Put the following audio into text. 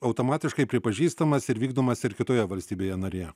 automatiškai pripažįstamas ir vykdomas ir kitoje valstybėje narėje